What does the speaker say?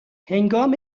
هنگام